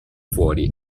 fuori